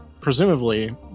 Presumably